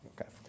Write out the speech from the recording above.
Okay